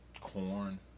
Corn